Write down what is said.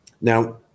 Now